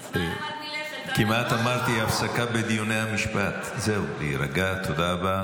נסכם ונאמר, להבא, אדון אלטמן, תמסור ד"ש למיארה,